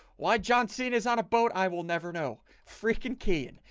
why john cena is on a boat? i will never know freaking qian,